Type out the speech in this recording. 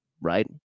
right